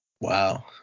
wow